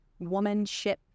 womanship